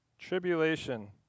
Tribulation